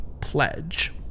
pledge